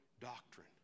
doctrine